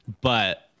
but-